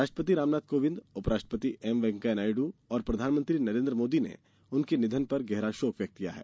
राष्ट्रपति रामनाथ कोविंद उपराष्ट्रपति एम वैंकेया नायडू और प्रधानमंत्री नरेन्द्र मोदी ने उनके निधन पर गहरा शोक व्यक्त किया है